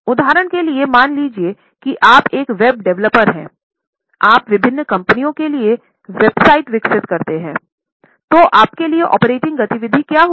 उदाहरण के लिए मान लीजिए कि आप एक वेब डेवलपर हैंआप विभिन्न कंपनियों के लिए वेबसाइट विकसित करते हैं तो आपके लिए ऑपरेटिंग गतिविधि क्या होंगी